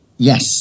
Yes